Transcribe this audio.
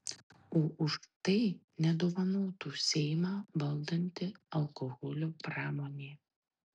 o už tai nedovanotų seimą valdanti alkoholio pramonė